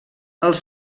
els